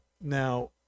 now